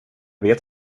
vet